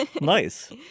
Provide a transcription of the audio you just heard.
Nice